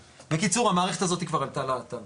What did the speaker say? בקיצור, המערכת הזאת כבר עלתה לאתר